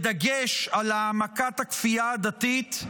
בדגש על העמקת הכפייה הדתית,